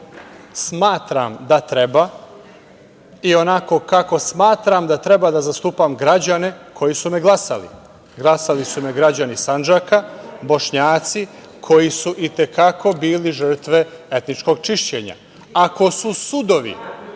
kako smatram da treba i onako kako smatram da treba da zastupam građane koji su me glasali. Glasali su me građani Sandžaka, Bošnjaci koji su i te kako bili žrtve etničkog čišćenja.